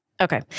Okay